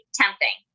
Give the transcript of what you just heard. tempting